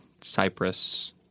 Cyprus